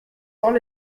temps